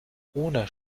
ohne